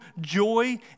joy